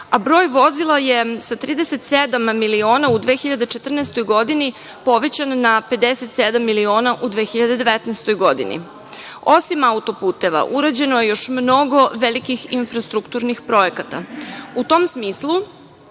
a broj vozila je sa 37 miliona u 2014. godini, povećan na 57 miliona u 2019. godini. Osim, auto-puteva urađeno je još mnogo velikih infrastrukturnih projekata.U tom smislu,